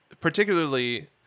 particularly